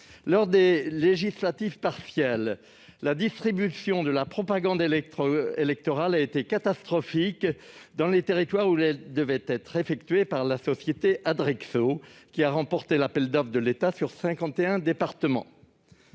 élections législatives partielles, la distribution de la propagande électorale a été catastrophique dans les territoires où elle devait être effectuée par la société Adrexo, qui a remporté l'appel d'offres de l'État pour 51 départements.